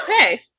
Okay